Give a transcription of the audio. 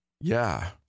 Yeah